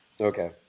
Okay